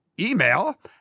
email